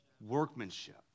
workmanship